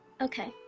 okay